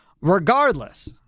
regardless